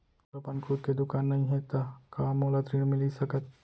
मोर अपन खुद के दुकान नई हे त का मोला ऋण मिलिस सकत?